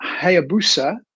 Hayabusa